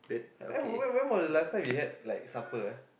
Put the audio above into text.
when when when was the last time we had like supper ah